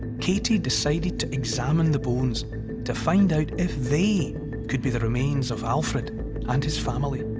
katie decided to examine the bones to find out if they could be the remains of alfred and his family.